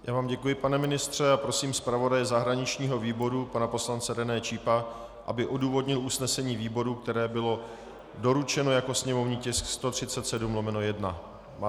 Já vám děkuji, pane ministře, a prosím zpravodaje zahraničního výboru pana poslance René Čípa, aby odůvodnil usnesení výboru, které bylo doručeno jako sněmovní tisk 137/1.